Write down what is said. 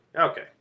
Okay